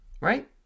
Right